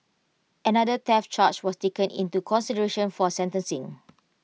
another theft charge was taken into consideration for sentencing